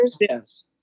yes